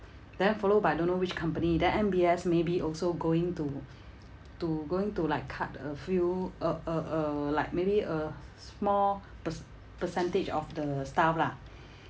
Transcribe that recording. then follow by don't know which company then M_B_S maybe also going to to going to like cut a few uh uh uh like maybe a small perc~ percentage of the staff lah